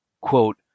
quote